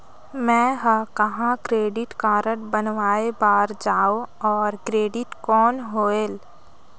मैं ह कहाँ क्रेडिट कारड बनवाय बार जाओ? और क्रेडिट कौन होएल??